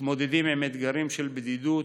מתמודדים עם אתגרים של בדידות